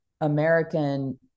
american